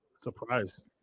Surprise